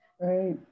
right